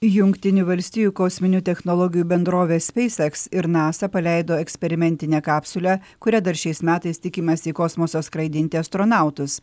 jungtinių valstijų kosminių technologijų bendrovės speiseks ir nasa paleido eksperimentinę kapsulę kuria dar šiais metais tikimasi į kosmosą skraidinti astronautus